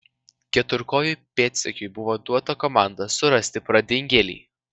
keturkojui pėdsekiui buvo duota komanda surasti pradingėlį